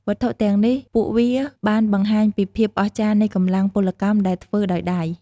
វត្ថុទាំងនេះ ពួកវាបានបង្ហាញពីភាពអស្ចារ្យនៃកម្លាំងពលកម្មដែលធ្វើដោយដៃ។